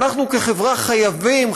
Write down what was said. ואנחנו כחברה חייבים,